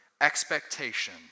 expectation